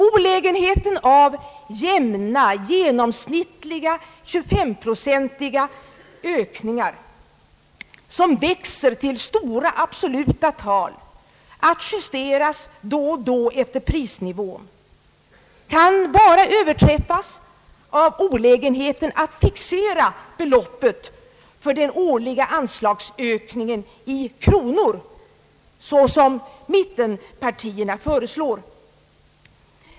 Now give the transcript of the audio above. Olägenheten av jämna, genomsnittliga 25-procentiga ökningar som växer till stora absoluta tal, att justeras då och då efter prisnivån, kan bara överträffas av olägenheten att fixera beloppet för dem årliga anslagsökningen i kronor, såsom mittenpartierna föreslår.